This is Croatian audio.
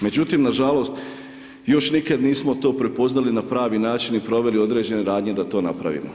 Međutim nažalost još nikad nismo to prepoznali to na pravi način i proveli određene radnje da to napravimo.